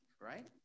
right